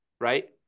Right